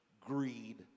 greed